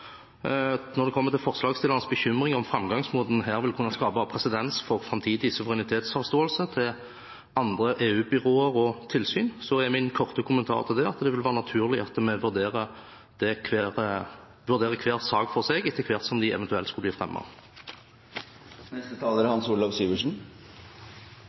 Når det kommer til forslagsstillernes bekymring om hvorvidt framgangsmåten her vil kunne skape presedens for framtidig suverenitetsavståelse til andre EU-byråer og -tilsyn, er min korte kommentar at det vil være naturlig at vi vurderer hver sak for seg etter hvert som de eventuelt skulle bli fremmet. Det er